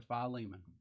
Philemon